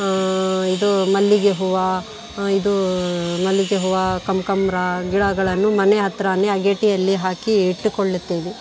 ಇದು ಮಲ್ಲಿಗೆ ಹೂವು ಇದು ಮಲ್ಲಿಗೆ ಹೂವು ಕನ್ಕಾಂಬ್ರ ಗಿಡಗಳನ್ನು ಮನೆ ಹತ್ತಿರಾನೆ ಅಗೇಡಿಯಲ್ಲಿ ಹಾಕಿ ಇಟ್ಟುಕೊಳ್ಳುತ್ತೇವೆ